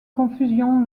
confusion